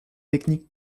technique